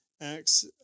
Acts